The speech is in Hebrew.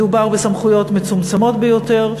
מדובר בסמכויות מצומצמות ביותר,